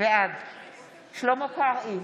בעד שלמה קרעי,